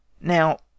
Now